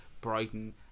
Brighton